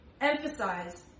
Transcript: emphasize